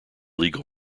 legal